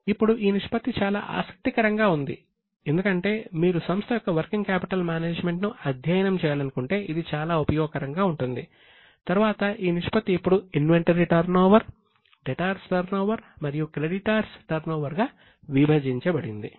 ఇప్పుడు ఈ నిష్పత్తి చాలా ఆసక్తికరంగా ఉంది ఎందుకంటే మీరు సంస్థ యొక్క వర్కింగ్ క్యాపిటల్ మేనేజ్మెంట్ గా విభజించబడింది